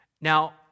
Now